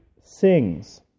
sings